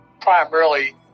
Primarily